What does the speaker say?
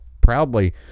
proudly